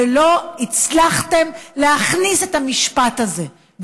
ולא הצלחתם להכניס את המשפט הזה.